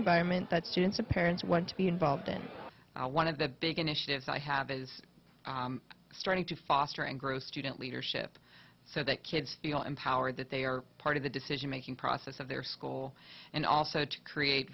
environment that students and parents want to be involved in one of the big initiatives i have is starting to foster and grow student leadership so that kids feel empowered that they are part of the decision making process of their school and also to create